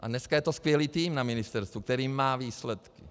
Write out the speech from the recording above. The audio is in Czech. A dneska je to skvělý tým na ministerstvu, který má výsledky.